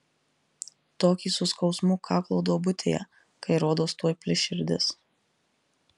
tokį su skausmu kaklo duobutėje kai rodos tuoj plyš širdis